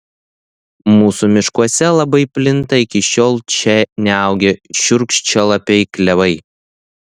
mūsų miškuose labai plinta iki šiol čia neaugę šiurkščialapiai klevai